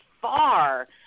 far